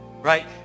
right